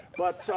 but so